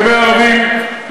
לגבי ערבים,